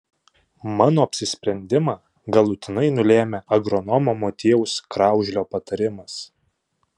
mano apsisprendimą galutinai nulėmė agronomo motiejaus kraužlio patarimas